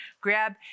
grab